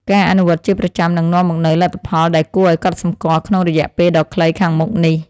ការអនុវត្តជាប្រចាំនឹងនាំមកនូវលទ្ធផលដែលគួរឱ្យកត់សម្គាល់ក្នុងរយៈពេលដ៏ខ្លីខាងមុខនេះ។